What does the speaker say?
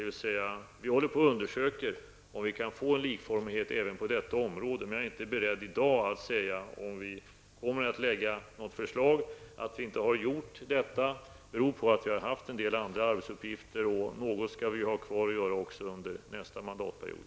Vi håller alltså på att undersöka om vi kan få en likformighet även på detta område, men jag är inte i dag beredd att säga om vi med anledning av detta kommer att lägga fram något förslag. Att vi hittills inte har gjort det beror på att vi även har haft en del andra arbetsuppgifter, och något skall vi ju ha kvar att göra också under nästa mandatperiod.